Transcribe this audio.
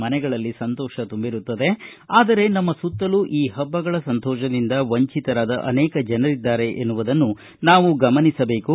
ಮನೆಗಳಲ್ಲಿ ಸಂತೋಷ ತುಂಬಿರುತ್ತದೆ ಆದರೆ ನಮ್ಮ ಸುತ್ತಲೂ ಈ ಹಬ್ಬಗಳ ಸಂತೋಷದಿಂದ ವಂಚಿತರಾದ ಅನೇಕ ಜನರಿದ್ದಾರೆ ಎನ್ನುವುದನ್ನು ನಾವು ಗಮನಿಸಬೇಕು